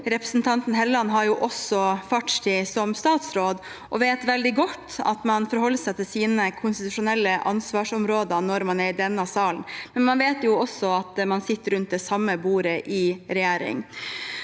Representanten Hofstad Helleland har også fartstid som statsråd og vet veldig godt at man forholder seg til sine konstitusjonelle ansvarsområder når man er i denne salen, men man vet jo også at man sitter rundt det samme bordet i regjering.